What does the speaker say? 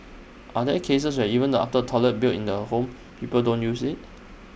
are there cases where even after toilet built in the home people don't use IT